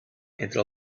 entre